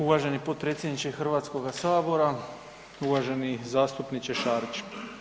Uvaženi potpredsjedniče Hrvatskoga sabora, uvaženi zastupniče Šarić.